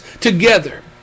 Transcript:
together